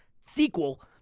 sequel